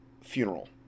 funeral